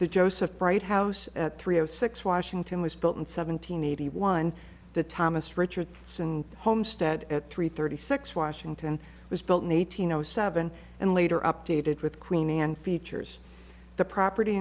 the joseph bright house at three o six washington was built in seventeen eighty one the thomas richardson homestead at three thirty six washington was built in eighteen zero seven and later updated with queen and features the property